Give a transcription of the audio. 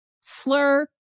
slur